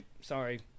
sorry